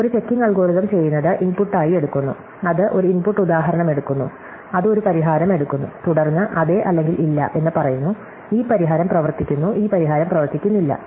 ഒരു checking algorithm ചെയ്യുന്നത് ഇൻപുട്ടായി എടുക്കുന്നു അത് ഒരു ഇൻപുട്ട് ഉദാഹരണമെടുക്കുന്നു അത് ഒരു പരിഹാരം എടുക്കുന്നു തുടർന്ന് അതെ അല്ലെങ്കിൽ ഇല്ല എന്ന് പറയുന്നു ഈ പരിഹാരം പ്രവർത്തിക്കുന്നു ഈ പരിഹാരം പ്രവർത്തിക്കുന്നില്ല